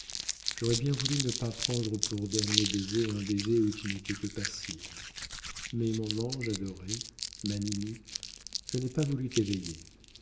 j'aurais bien voulu ne pas prendre pour dernier baiser un baiser où tu n'étais que passive mais mon ange adoré ma ninie je n'ai pas voulu t'éveiller